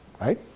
right